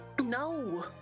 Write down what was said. No